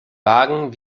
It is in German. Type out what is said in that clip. wagen